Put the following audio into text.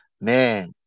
Man